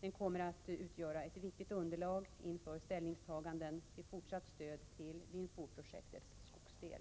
Den kommer att utgöra ett viktigt underlag inför ställningstaganden till fortsatt stöd till Vinh Phu-projektets skogsdel.